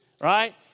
right